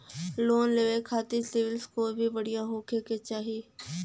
Loan लेवे के खातिन सिविल स्कोर भी बढ़िया होवें के चाही?